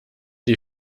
die